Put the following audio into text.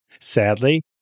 Sadly